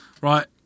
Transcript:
right